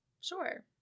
Sure